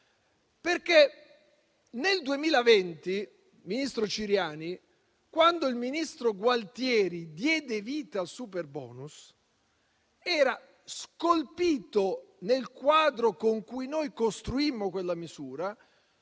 Nel 2020, ministro Ciriani, quando il ministro Gualtieri diede vita al superbonus, nel quadro con cui noi costruimmo quella misura,